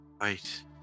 Right